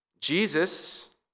Jesus